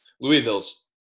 Louisville's